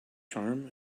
charm